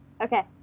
Okay